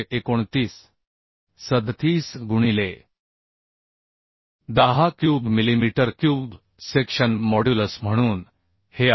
37 गुणिले 10 cube millimetre cube section modulus म्हणून हे आहे